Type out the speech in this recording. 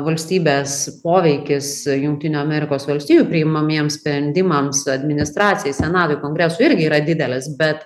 valstybės poveikis jungtinių amerikos valstijų priimamiems sprendimams administracijai senatui kongresui irgi yra didelis bet